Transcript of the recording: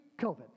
COVID